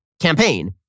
campaign